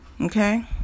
Okay